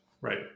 Right